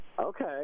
Okay